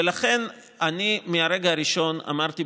ולכן אני מהרגע הראשון אמרתי,